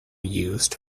used